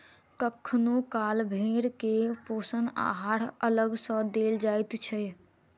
कखनो काल भेंड़ के पोषण आहार अलग सॅ देल जाइत छै